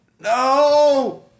No